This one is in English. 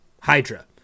Hydra